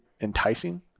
enticing